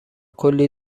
کلی